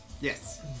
yes